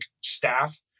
staff